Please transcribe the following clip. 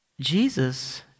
Jesus